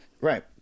Right